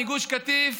מגוש קטיף,